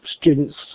students